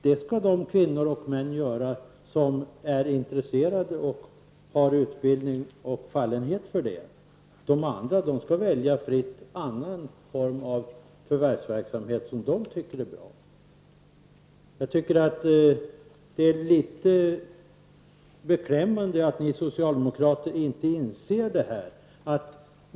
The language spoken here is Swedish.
Det skall de kvinnor och män göra som är intressade och har utbildning och fallenhet för det. De andra skall fritt få välja att forma en förvärvsverksamhet som de tycker är bra. Jag tycker att det här är lite beklämmande att ni socialdemokrater inte inser detta.